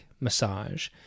massage